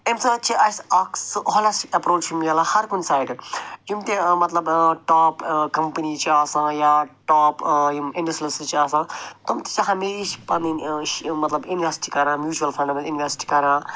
اَمہِ سۭتۍ چھِ اَسہِ اکھ سُہ ہولٮ۪سٹِک اٮ۪پروچ مِلان ہَر کُنہِ سایڈٕ یِم تہِ مطلب ٹاپ کَمپٔنی چھِ آسان یا ٹاپ یِم اِنٛڈَسٹِرٛلِسٹٕز چھِ آسان تِم تہِ چھِ ہمیشہٕ پنٕنۍ مطلب اِنوٮ۪سٹ کران میوٗچول فنٛڈَن منٛز اِنوٮ۪سٹ کران